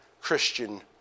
Christian